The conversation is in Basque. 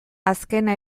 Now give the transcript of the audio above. azkena